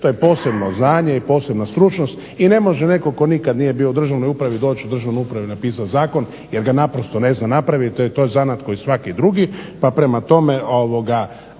to je posebno znanje i posebna stručnost i ne može netko tko nikad nije bio u državnoj upravi doći u državnu upravu i napisati zakon jer ga naprosto ne zna napraviti. To je zanat kao i svaki drugi pa prema tome